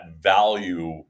value